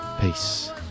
Peace